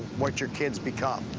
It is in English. what your kids become.